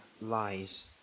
lies